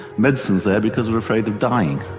medicine is there because we are afraid of dying.